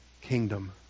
kingdom